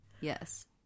yes